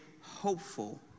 hopeful